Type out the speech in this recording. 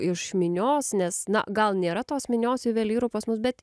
iš minios nes na gal nėra tos minios juvelyrų pas mus bet